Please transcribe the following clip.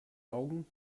augen